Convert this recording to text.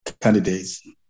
candidates